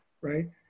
right